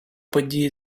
події